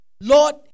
Lord